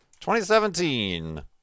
2017